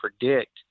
predict